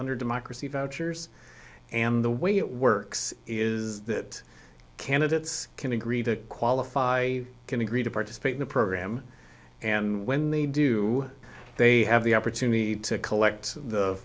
under democracy vouchers and the way it works is that candidates can agree to qualify can agree to participate in the program and when they do they have the opportunity to collect